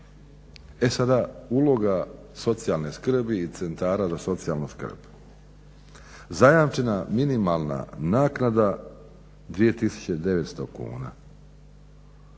E sada, uloga socijalne skrbi i centara za socijalnu skrb. Zajamčena minimalna naknada 2900 kuna.